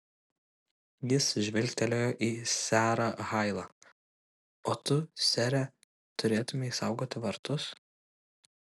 jis žvilgtelėjo į serą hailą o tu sere turėtumei saugoti vartus